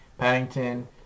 Paddington